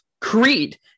creed